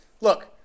Look